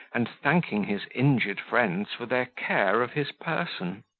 and thanking his injured friends for their care of his person.